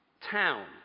town